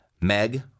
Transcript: Meg